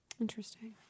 Interesting